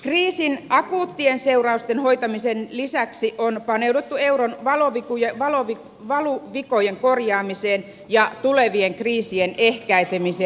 kriisin akuuttien seurauksien hoitamisen lisäksi on paneuduttu euron valuvikojen korjaamiseen ja tulevien kriisien ehkäisemiseen